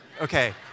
okay